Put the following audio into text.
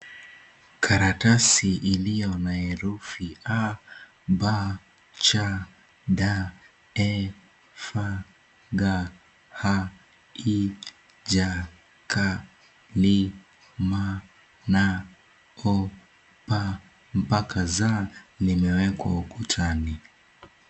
Karatasi iliyo na herufi A , B, C ,D ,E ,F ,G ,H ,I ,J ,K ,L ,M ,N ,O ,P, mpaka Z limewekwa kwa ukutani.